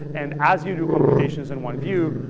and as you do computations in one view,